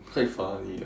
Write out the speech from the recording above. quite funny ah